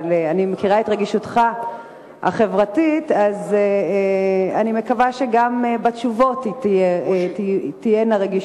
אבל אני מכירה את רגישותך החברתית ואני מקווה שגם בתשובות תהיה רגישות.